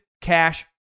cash